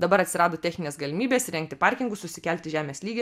dabar atsirado techninės galimybės įrengti parkingus susikelti žemės lygį